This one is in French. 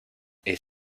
est